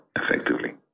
effectively